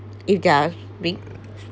if they are being